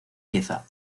pieza